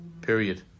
period